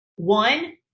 One